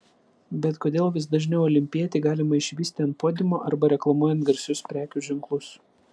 bet kodėl vis dažniau olimpietį galima išvysti ant podiumo arba reklamuojant garsius prekių ženklus